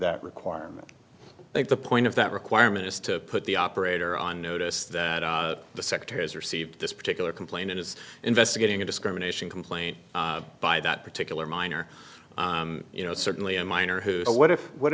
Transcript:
that requirement i think the point of that requirement is to put the operator on notice that the secretary has received this particular complaint and is investigating a discrimination complaint by that particular minor you know certainly a minor who a what if what